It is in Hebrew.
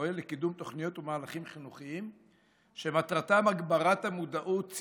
פועל לקידום תוכניות ומהלכים חינוכיים שמטרתם הגברת המודעות,